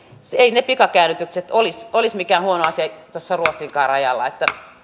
eivät ne pikakäännytykset olisi mikään huono asia tuossa ruotsinkaan rajalla